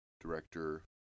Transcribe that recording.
director